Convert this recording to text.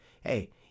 hey